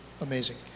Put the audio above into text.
amazing